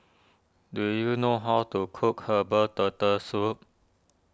do you know how to cook Herbal Turtle Soup